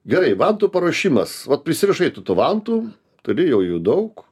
gerai vantų paruošimas vat prisirišai tu tų vantų turi jau jų daug